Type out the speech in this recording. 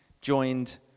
joined